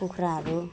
कुखुराहरू